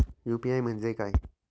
UPI म्हणजे काय?